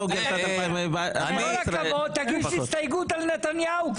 עם כל הכבוד, תגיש הסתייגות על נתניהו.